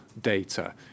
data